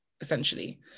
essentially